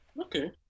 okay